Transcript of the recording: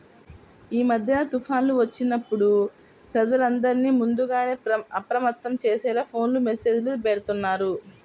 యీ మద్దెన తుఫాన్లు వచ్చినప్పుడు ప్రజలందర్నీ ముందుగానే అప్రమత్తం చేసేలా ఫోను మెస్సేజులు బెడతన్నారు